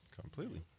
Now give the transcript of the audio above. Completely